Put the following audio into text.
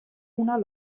una